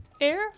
air